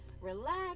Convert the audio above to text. relax